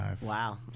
Wow